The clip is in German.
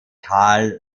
karl